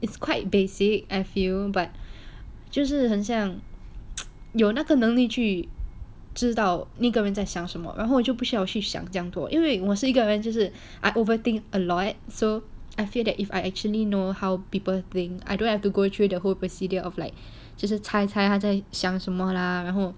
it's quite basic I feel but 就是很像有那个能力去知道那个人在想什么然后我就不需要去想这样多因为我是一个人就是 I overthink a lot so I feel that if I actually know how people think I don't have to go through the whole procedure of like 这是猜猜她在想什么啦然后